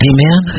Amen